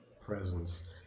presence